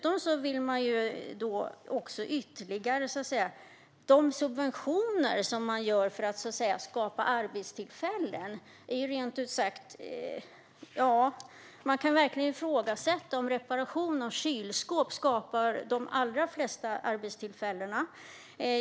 Och vad ska man säga om subventionerna för att skapa arbetstillfällen? Man kan verkligen ifrågasätta om reparationer av kylskåp skapar massor av arbetstillfällen.